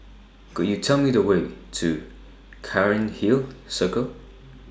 Could YOU Tell Me The Way to Cairnhill Circle